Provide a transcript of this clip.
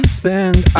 spend